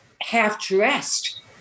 half-dressed